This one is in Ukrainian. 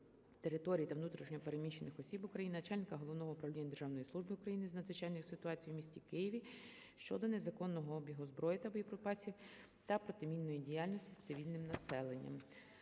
територій та внутрішньо переміщених осіб України, начальника Головного управління Державної служби України з надзвичайних ситуацій у місті Києві щодо незаконного обігу зброї та боєприпасів та протимінної діяльності з цивільним населенням.